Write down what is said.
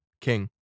King